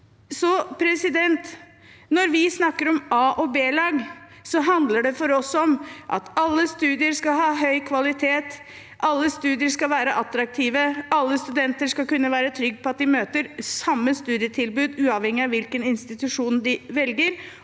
våre. Når vi snakker om a- og b-lag, handler det for oss om at alle studier skal ha høy kvalitet, alle studier skal være attraktive, alle studenter skal kunne være trygg på at de møter samme studietilbud, uavhengig av hvilken institusjon de velger.